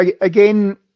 again